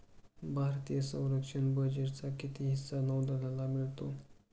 भारतीय संरक्षण बजेटचा किती हिस्सा नौदलाला मिळतो?